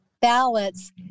ballots